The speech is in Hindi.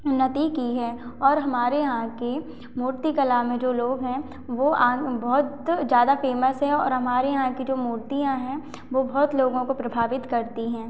उन्नति की है और हमारे यहाँ के मूर्तिकला में जो लोग हैं वो आज बहुत ज़्यादा फेमस हैं और हमारे यहाँ की जो मूर्तियाँ हैं वो बहुत लोगों को प्रभावित करती हैं